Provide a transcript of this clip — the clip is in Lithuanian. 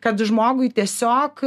kad žmogui tiesiog